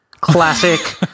Classic